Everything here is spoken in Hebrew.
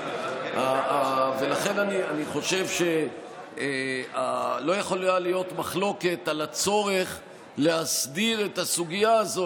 ולכן אני חושב שלא יכולה להיות מחלוקת על הצורך להסדיר את הסוגיה הזו,